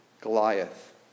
Goliath